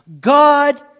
God